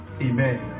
amen